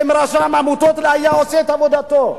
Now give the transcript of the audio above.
רשם העמותות היה עושה את עבודתו.